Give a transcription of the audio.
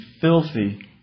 filthy